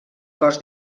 cos